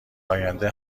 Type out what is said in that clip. آینده